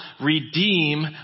redeem